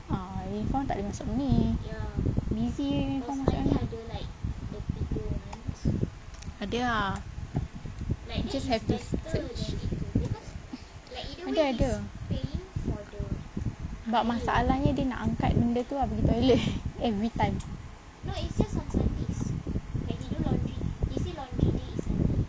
uniform tak boleh masuk ni busy uniform masuk dalam ni ada ah just have to search ada ada but masalahnya dia nak angkat benda tu ah pergi toilet everytime